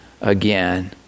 again